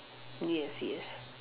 yes yes